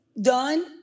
Done